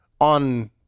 on